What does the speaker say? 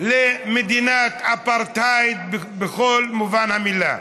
למדינת אפרטהייד בכל מובן המילה.